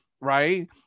right